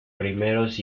primeros